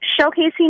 showcasing